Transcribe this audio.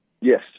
Yes